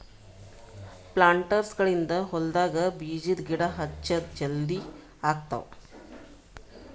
ಪ್ಲಾಂಟರ್ಸ್ಗ ಗಳಿಂದ್ ಹೊಲ್ಡಾಗ್ ಬೀಜದ ಗಿಡ ಹಚ್ಚದ್ ಜಲದಿ ಆಗ್ತಾವ್